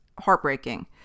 heartbreaking